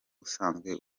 usanzwe